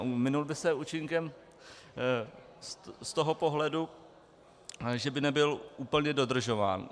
Minul by se účinkem z toho pohledu, že by nebyl úplně dodržován.